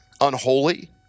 Unholy